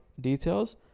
details